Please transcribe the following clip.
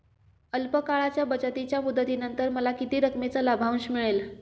अल्प काळाच्या बचतीच्या मुदतीनंतर मला किती रकमेचा लाभांश मिळेल?